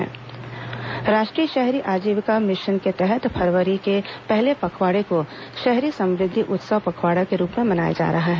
शहरी समृद्धि उत्सव पखवाड़ा राष्ट्रीय शहरी आजाविका मिशन के तहत फरवरी के पहले पखवाड़े को शहरी समृद्धि उत्सव पखवाड़ा के रूप में मनाया जा रहा है